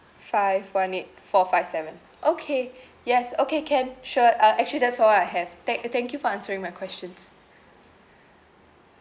five one eight four five seven okay yes okay can sure uh actually that's all I have thank uh thank you for answering my questions